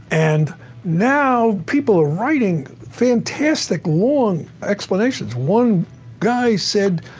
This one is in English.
and now people are writing fantastic, long explanations. one guy said,